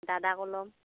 দাদাকো ল'ম